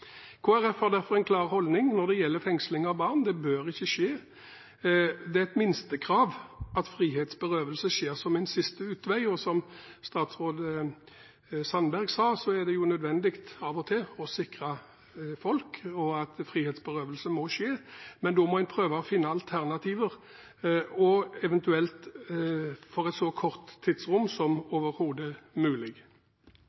har derfor en klar holdning når det gjelder fengsling av barn: Det bør ikke skje. Det er et minstekrav at frihetsberøvelse skjer som en siste utvei. Som statsråd Sandberg sa, er det av og til nødvendig å sikre folk ved frihetsberøvelse, men da må en prøve å finne alternativer og eventuelt for et så kort tidsrom som